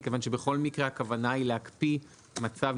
מכיוון שבכל מקרה הכוונה היא להקפיא מצב,